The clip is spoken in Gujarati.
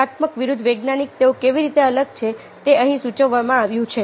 કલાત્મક વિરુદ્ધ વૈજ્ઞાનિક તેઓ કેવી રીતે અલગ છે તે અહીં સૂચવવામાં આવ્યું છે